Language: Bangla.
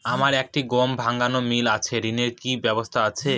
আমার একটি গম ভাঙানোর মিল আছে ঋণের কি ব্যবস্থা আছে?